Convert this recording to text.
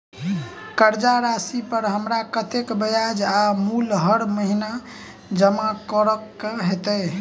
कर्जा राशि पर हमरा कत्तेक ब्याज आ मूल हर महीने जमा करऽ कऽ हेतै?